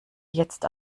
jetzt